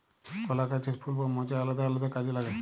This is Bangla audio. কলা গাহাচের ফুল বা মচা আলেদা আলেদা কাজে লাগে